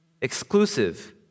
exclusive